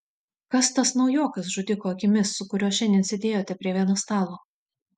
kas tas naujokas žudiko akimis su kuriuo šiandien sėdėjote prie vieno stalo